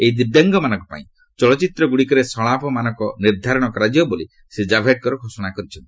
ଏହି ଦିବ୍ୟାଙ୍ଗମାନଙ୍କ ପାଇଁ ଚଳଚ୍ଚିତ୍ରଗୁଡ଼ିକରେ ସଂଳାପ ମାନକ ନିର୍ଦ୍ଧାରଣ କରାଯିବ ବୋଲି ଶ୍ରୀ ଜାଭଡେକର ଘୋଷଣା କରିଛନ୍ତି